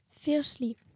Firstly